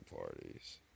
parties